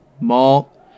malt